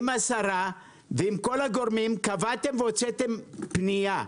עם השרה ועם כל הגורמים, קבעתם והוצאתם פנייה: